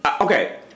Okay